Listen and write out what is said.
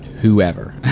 whoever